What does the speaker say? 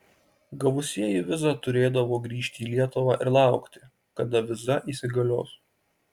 gavusieji vizą turėdavo grįžti į lietuvą ir laukti kada viza įsigalios